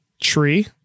tree